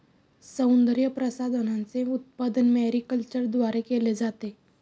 सौंदर्यप्रसाधनांचे उत्पादन मॅरीकल्चरद्वारे केले जाते